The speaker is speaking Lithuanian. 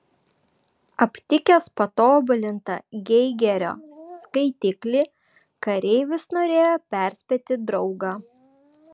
aptikęs patobulintą geigerio skaitiklį kareivis norėjo perspėti draugą